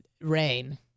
rain